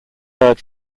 heard